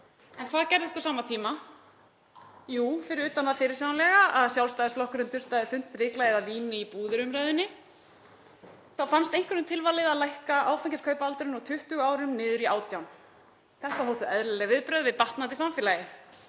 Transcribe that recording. En hvað gerðist á sama tíma? Jú, fyrir utan það fyrirsjáanlega að Sjálfstæðisflokkurinn dustaði þunnt ryklagið af vín í búðir-umræðunni, þá fannst einhverjum tilvalið að lækka áfengiskaupaaldurinn úr 20 árum niður í 18. Þetta þóttu eðlileg viðbrögð við batnandi samfélagi.